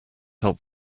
help